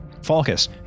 Falkus